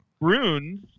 runes